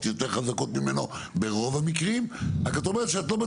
אני מקווה שזה סימן שאתם סומכים על זה שאני חושב על כולם,